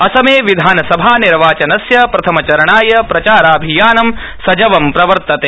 असमे विधानसभा निर्वाचनस्य प्रथमचरणाय प्रचाराभियानं सजवं प्रवर्तते